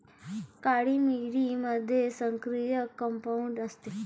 काळी मिरीमध्ये सक्रिय कंपाऊंड असते